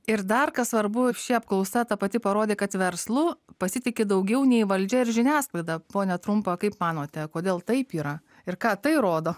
ir dar kas svarbu ši apklausa ta pati parodė kad verslu pasitiki daugiau nei valdžia ir žiniasklaida pone trumpa kaip manote kodėl taip yra ir ką tai rodo